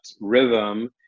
rhythm